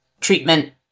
treatment